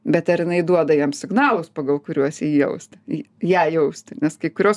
bet ar jinai duoda jam signalus pagal kuriuos jį jausti į ją jausti nes kai kurios